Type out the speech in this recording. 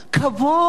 כבוד,